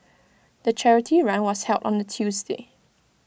the charity run was held on A Tuesday